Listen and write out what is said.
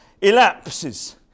elapses